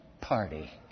party